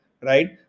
Right